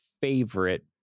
favorite